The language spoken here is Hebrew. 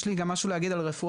יש לי גם משהו להגיד על רפואה,